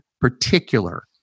particular